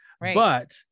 but-